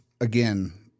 again